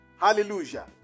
Hallelujah